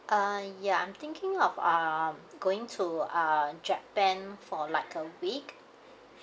uh ya I'm thinking of um going to uh japan for like a week